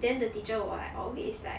then the teacher will like always like